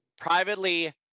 privately